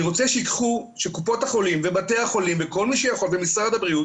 אני רוצה שקופות החולים ובתי החולים ומשרד הבריאות